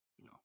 No